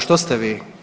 Što ste vi?